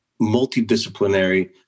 multidisciplinary